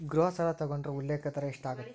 ಗೃಹ ಸಾಲ ತೊಗೊಂಡ್ರ ಉಲ್ಲೇಖ ದರ ಎಷ್ಟಾಗತ್ತ